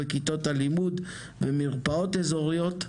כיתות הלימוד ומרפאות אזוריות,